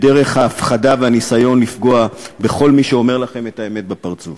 בדרך ההפחדה והניסיון לפגוע בכל מי שאומר לכם את האמת בפרצוף.